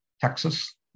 Texas